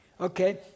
Okay